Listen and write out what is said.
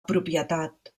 propietat